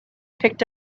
picked